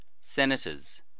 senators